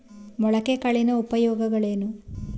ಮೊಳಕೆ ಕಾಳಿನ ಉಪಯೋಗಗಳೇನು?